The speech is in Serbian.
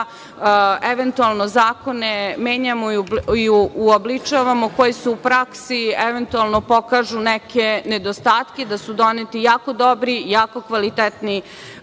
eventualno zakone menjamo i uobličavamo, koji u praksi pokažu eventualno neke nedostatke, da su doneti jako dobri i jako kvalitetni